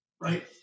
Right